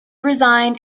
resigned